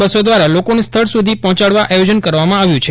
બસો દ્વારા લોકોને સ્થળ સુધી પફોંચાડવા આયોજન કરવામાં આવ્યું છે